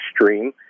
Extreme